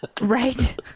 Right